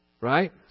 Right